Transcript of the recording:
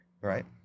right